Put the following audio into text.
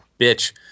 bitch